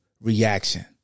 reaction